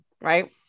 Right